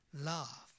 love